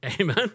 Amen